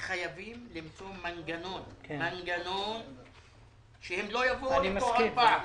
חייבים למצוא מנגנון שהם לא יבואו לפה עוד פעם.